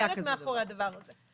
אני עומדת מאחורי הדבר הזה.